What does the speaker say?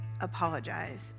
apologize